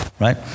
right